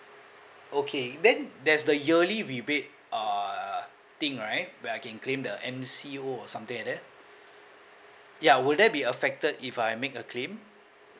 okay then there's the yearly rebate uh thing right where I can claim the M_C_O or something like that ya will that be affected if I make a claim